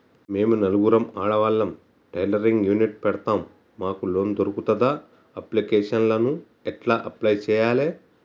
మేము నలుగురం ఆడవాళ్ళం టైలరింగ్ యూనిట్ పెడతం మాకు లోన్ దొర్కుతదా? అప్లికేషన్లను ఎట్ల అప్లయ్ చేయాలే?